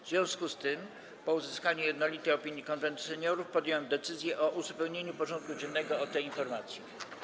W związku z tym, po uzyskaniu jednolitej opinii Konwentu Seniorów, podjąłem decyzję o uzupełnieniu porządku dziennego o tę informację.